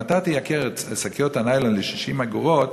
אם אתה תייקר את שקיות הניילון ל-60 אגורות,